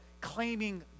claiming